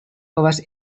povas